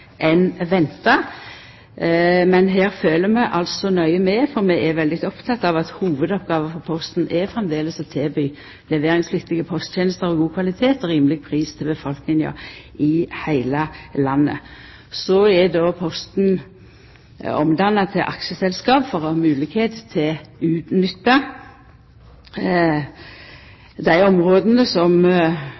enn venta. Men her følgjer vi altså nøye med, for vi er opptekne av at hovudoppgåva for Posten framleis er å tilby leveringspliktige posttenester av god kvalitet og rimelig pris til befolkninga i heile landet. Så er Posten omdanna til aksjeselskap for å ha moglegheit til å utnytta dei områda som